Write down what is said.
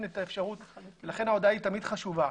לכן ההודעה תמיד חשובה.